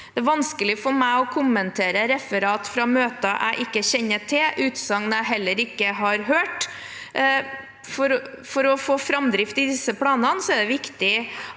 Det er vanskelig for meg å kommentere referat fra møter jeg ikke kjenner til, og utsagn jeg heller ikke har hørt. For å få framdrift i disse planene er det viktig